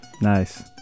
Nice